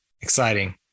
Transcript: exciting